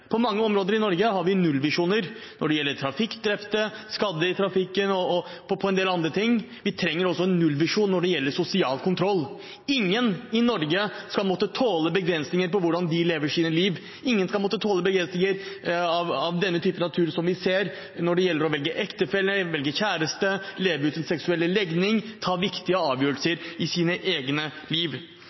På mange områder i Norge har vi nullvisjoner – når det gjelder trafikkdrepte, skadde i trafikken og en del andre ting. Vi trenger også en nullvisjon når det gjelder sosial kontroll. Ingen i Norge skal måtte tåle begrensninger på hvordan de lever sine liv, ingen skal måtte tåle begrensninger av den typen vi ser, når det gjelder å velge ektefelle, velge kjæreste, leve ut sin seksuelle legning, ta viktige avgjørelser i sine egne liv.